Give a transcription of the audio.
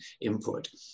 input